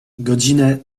godzinę